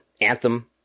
Anthem